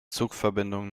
zugverbindungen